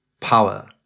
power